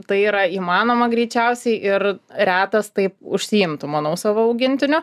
tai yra įmanoma greičiausiai ir retas taip užsiimtų manau savo augintiniu